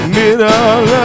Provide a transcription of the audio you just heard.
middle